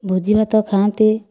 ଭୋଜି ଭାତ ଖାଆନ୍ତି